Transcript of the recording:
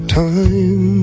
time